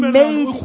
made